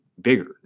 bigger